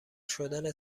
شدن